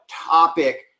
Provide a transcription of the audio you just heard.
topic